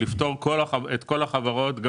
לפטור את כל החברות.